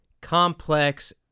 complex